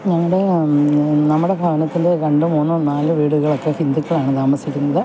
ഞങ്ങളുടെ നമ്മുടെ ഭവനത്തിൽ രണ്ട് മൂന്ന് നാല് വീടുകളൊക്കെ ഹിന്ദുക്കളാണ് താമസിക്കുന്നത്